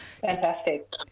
Fantastic